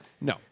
No